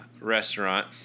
restaurant